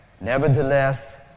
Nevertheless